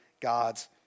God's